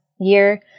year